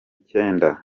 cyenda